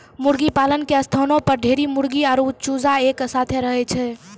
मुर्गीपालन के स्थानो पर ढेरी मुर्गी आरु चूजा एक साथै रहै छै